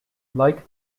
like